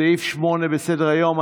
סעיף 8 בסדר-היום,